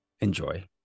Enjoy